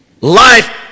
life